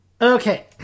okay